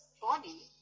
Body